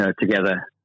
together